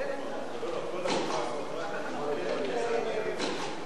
סדרי השלטון והמשפט (מס' 20),